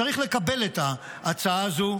צריך לקבל את ההצעה הזו,